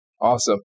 Awesome